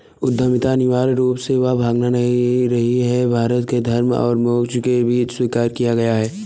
उद्यमिता अनिवार्य रूप से वह भावना रही है, भारत ने धर्म और मोक्ष के बीच स्वीकार किया है